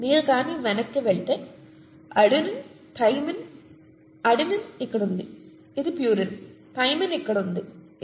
మీరు కానీ వెనక్కి వెళితే అడెనిన్ థైమిన్ అడెనిన్ ఇక్కడ ఉంది ఇది ప్యూరిన్ థైమిన్ ఇక్కడ ఉంది ఇది పిరిమిడిన్